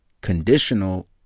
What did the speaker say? conditional